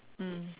mm